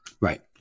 Right